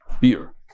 beer